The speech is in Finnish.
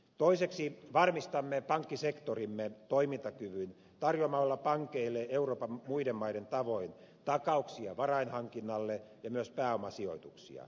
toiseksi varmistamme pankkisektorimme toimintakyvyn tarjoamalla pankeille euroopan muiden maiden tavoin takauksia varainhankinnalle ja myös pääomasijoituksia